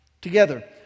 Together